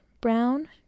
brown